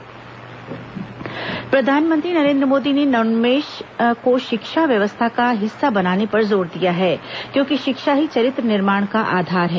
प्रधानमंत्री शिक्षा प्रधानमंत्री नरेन्द्र मोदी ने नवोन्मेष को शिक्षा व्यवस्था का हिस्सा बनाने पर जोर दिया है क्योंकि शिक्षा ही चरित्र निर्माण का आधार है